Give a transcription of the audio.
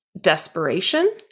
desperation